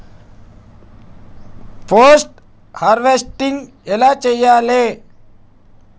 Post harvesting ఎలా చెయ్యాలే?